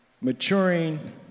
maturing